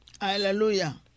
Hallelujah